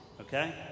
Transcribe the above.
Okay